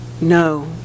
No